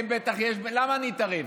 למה שאני אתערב?